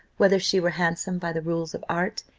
whether she were handsome by the rules of art,